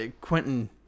Quentin